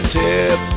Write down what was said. tip